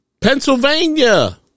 Pennsylvania